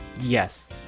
Yes